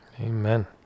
Amen